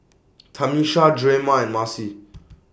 Tamisha Drema and Marcie